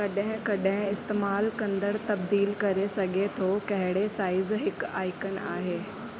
कॾहिं कॾहिं इस्तेमालु कंदड़ तब्दील करे सघे थो कहिड़े साइज़ हिकु आइकन आहे